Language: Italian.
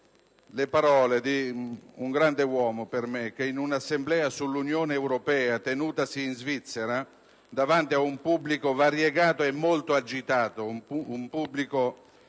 le parole di un grande uomo. In un'assemblea sull'Unione europea tenutasi in Svizzera davanti a un pubblico variegato e molto agitato, un pubblico